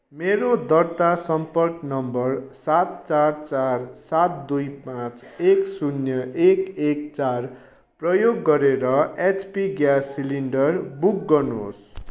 मेरो दर्ता सम्पर्क नम्बर सात चार चार सात दुई पाँच एक शून्य एक एक चार प्रयोग गरेर एचपी ग्यास सिलिन्डर बुक गर्नुहोस्